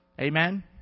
Amen